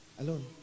Alone